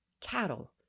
Cattle